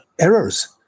errors